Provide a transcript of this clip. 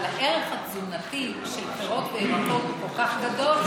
אבל הערך התזונתי של פירות וירקות הוא כל כך גדול,